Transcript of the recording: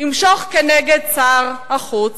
ימשוך כנגד שר החוץ,